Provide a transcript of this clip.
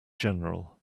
general